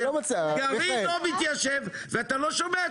ממשלת ישראל תלויה בקק"ל.